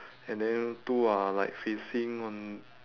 and then two are like facing on